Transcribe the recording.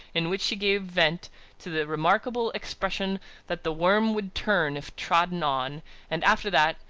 in which she gave vent to the remarkable expression that the worm would turn if trodden on and, after that,